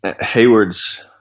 Hayward's